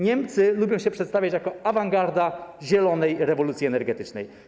Niemcy lubią się przedstawiać jako awangarda zielonej rewolucji energetycznej.